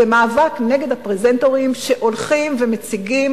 זה מאבק נגד הפרזנטורים שהולכים ומציגים,